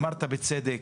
אמרת בצדק,